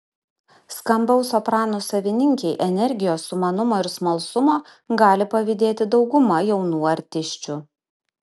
skambaus soprano savininkei energijos sumanumo ir smalsumo gali pavydėti dauguma jaunų artisčių